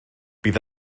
bydd